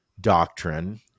doctrine